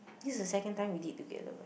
this is the second time we did together right